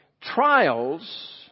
Trials